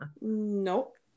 Nope